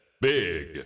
big